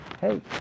Hey